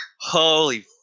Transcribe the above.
holy